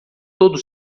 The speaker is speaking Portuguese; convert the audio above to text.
todo